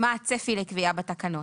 מה הצפי לקביעת התקנות.